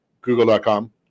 Google.com